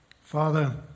Father